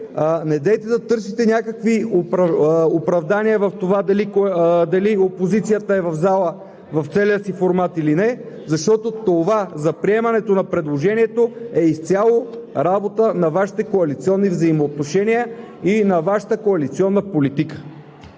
недейте да търсите някакви оправдания в това дали опозицията е в залата в целия си формат или не, защото това за приемането на предложението е изцяло работа на Вашите коалиционни взаимоотношения и на Вашата коалиционна политика.